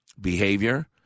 behavior